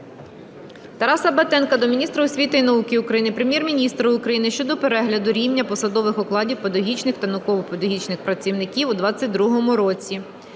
Тараса Батенка до міністра освіти і науки України, Прем'єр-міністра України щодо перегляду рівня посадових окладів педагогічних та науково-педагогічних працівників у 22-му році.